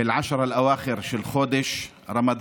(אומר בערבית: בעשרת הלילות האחרונים) של חודש רמדאן,